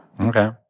Okay